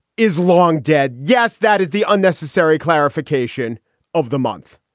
is long dead. yes, that is the unnecessary clarification of the month.